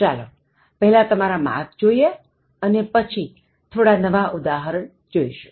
ચાલોપહેલાં તમને કેટલા માર્ક મળ્યા તે જોઇએ અને પછી થોડા નવા ઉદાહરણ જોઇશું